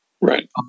Right